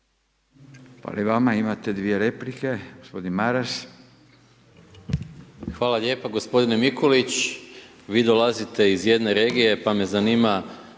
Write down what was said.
Hvala i vama. Imate dvije replike. Gospodin Maras. **Maras, Gordan (SDP)** Hvala lijepa. Gospodine Mikulić vi dolazite iz jedne regije pa me zanima